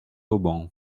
auban